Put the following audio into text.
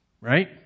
right